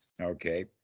Okay